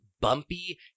bumpy